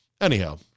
Anyhow